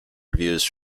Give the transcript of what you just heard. reviews